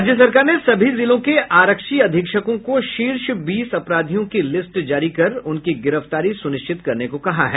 राज्य सरकार ने सभी जिलों के आरक्षी अधीक्षकों को शीर्ष बीस अपराधियों की लिस्ट जारी कर उनकी गिरफ्तारी सुनिश्चित करने को कहा है